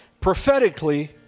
Prophetically